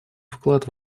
вклад